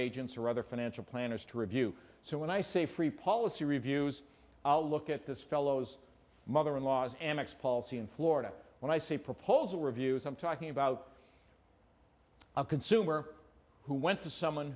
agents or other financial planners to review so when i say free policy reviews i'll look at this fellow's mother in law's amex policy in florida when i say proposal reviews i'm talking about a consumer who went to someone